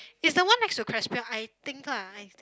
it's the one next to I think lah I think